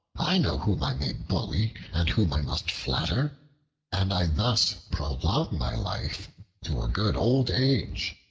i know whom i may bully and whom i must flatter and i thus prolong my life to a good old age.